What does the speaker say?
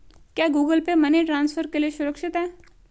क्या Google Pay money transfer के लिए सुरक्षित है?